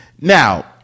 Now